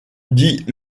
dit